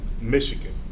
Michigan